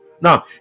now